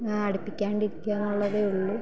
ആ അടുപ്പിക്കാണ്ടിരിക്കുകയെന്നുള്ളതേ ഉള്ളൂ